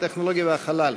הטכנולוגיה והחלל,